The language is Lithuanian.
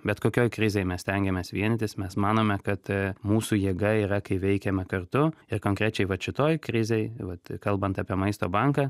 bet kokioj krizėj mes stengiamės vienytis mes manome kad mūsų jėga yra kai veikiame kartu ir konkrečiai vat šitoj krizėj vat kalbant apie maisto banką